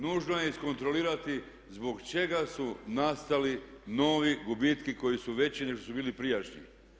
Nužno je iskontrolirati zbog čega su nastali novi gubitci koji su veći nego što su bili prijašnji.